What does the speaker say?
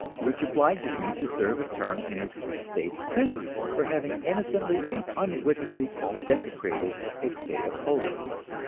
which obliges me to serve a term in its state's prison for having innocently and unwittingly desecrated its day of holiness!